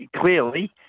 clearly